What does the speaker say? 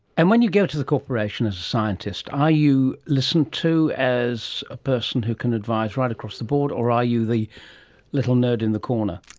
and when you go to the corporation as a scientist, are you listened to as a person who can advise right across the board or are you the little nerd in the corner?